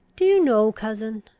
do you know, cousin,